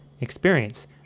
experience